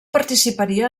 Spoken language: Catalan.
participaria